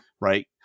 right